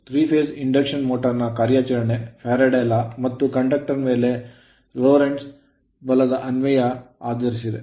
three phase induction motor ನ ಕಾರ್ಯಾಚರಣೆಯು ಫ್ಯಾರಡೆಯ Law ಮತ್ತು ಕಂಡಕ್ಟರ್ ಮೇಲೆ ಲೊರೆಂಟ್ಜ್ ಬಲದ ಅನ್ವಯವನ್ನು ಆಧರಿಸಿದೆ